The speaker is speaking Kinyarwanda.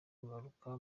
kugaruka